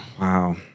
wow